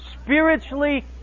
spiritually